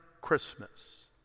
Christmas